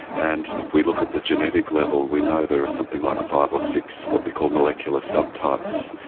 and if we look at the genetic level we know there are something like five or six what we call molecular subtypes,